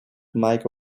mike